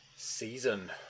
Season